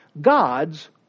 God's